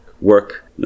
work